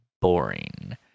boring